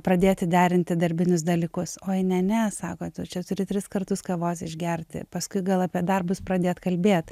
pradėti derinti darbinius dalykus oi ne ne sako tu čia turi tris kartus kavos išgerti paskui gal apie darbus pradėt kalbėt